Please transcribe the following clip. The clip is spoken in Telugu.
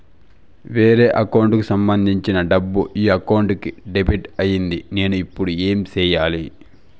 వేరే అకౌంట్ కు సంబంధించిన డబ్బు ఈ అకౌంట్ కు డెబిట్ అయింది నేను ఇప్పుడు ఏమి సేయాలి